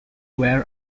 were